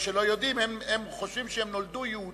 הם חושבים שהם נולדו יהודים,